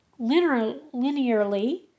linearly